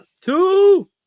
two